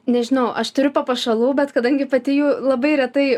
nežinau aš turiu papuošalų bet kadangi pati jų labai retai